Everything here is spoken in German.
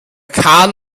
kahn